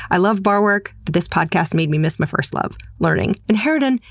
i love bar work, but this podcast made me miss my first love, learning. inherindan,